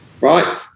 right